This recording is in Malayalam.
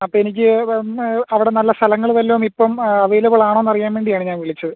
അപ്പോൾ എനിക്ക് പിന്നെ അവിടെ നല്ല സ്ഥലങ്ങൾ വല്ലോ ഇപ്പം അവൈലബിളാണോന്ന് അറിയാൻ വേണ്ടിയാണ് ഞാൻ വിളിച്ചത്